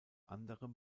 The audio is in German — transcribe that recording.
anderem